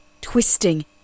twisting